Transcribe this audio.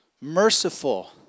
Merciful